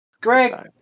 Greg